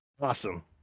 awesome